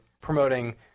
promoting